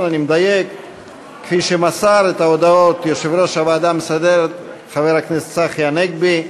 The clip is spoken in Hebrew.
כפי שמסר יושב-ראש הוועדה המסדרת חבר הכנסת צחי הנגבי.